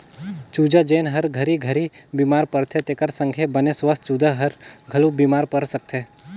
चूजा जेन हर घरी घरी बेमार परथे तेखर संघे बने सुवस्थ चूजा हर घलो बेमार पर सकथे